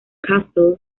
castle